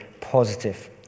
positive